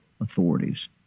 authorities